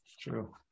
True